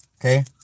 Okay